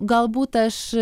galbūt aš